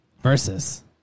versus